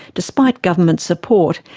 despite government support,